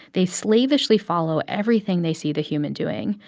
they slavishly follow everything they see the human doing.